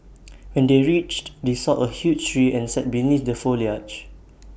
when they reached they saw A huge tree and sat beneath the foliage